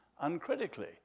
uncritically